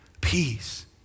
Peace